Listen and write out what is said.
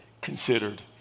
considered